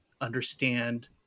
understand